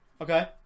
Okay